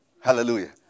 Hallelujah